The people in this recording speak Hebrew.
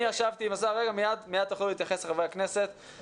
מיד חברי הכנסת יוכלו להתייחס.